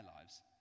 lives